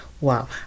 Wow